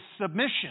submission